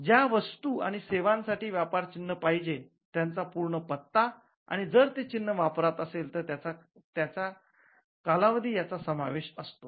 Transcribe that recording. ज्या वस्तू आणि सेवांसाठी व्यापार चिन्ह पाहिजे त्यांचा संपूर्ण पत्ता आणि जर ते चिन्ह वापरात असेल तर त्याचा कालावधी याचा समावेश असतो